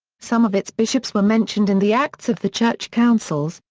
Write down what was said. some of its bishops were mentioned in the acts of the church councils,